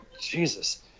jesus